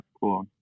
cool